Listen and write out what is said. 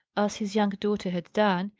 as his young daughter had done,